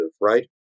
right